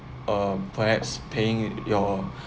uh perhaps paying your